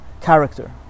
character